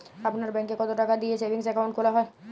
আপনার ব্যাংকে কতো টাকা দিয়ে সেভিংস অ্যাকাউন্ট খোলা হয়?